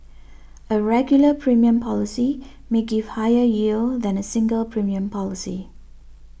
a regular premium policy may give higher yield than a single premium policy